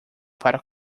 para